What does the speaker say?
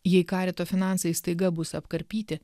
jei karito finansai staiga bus apkarpyti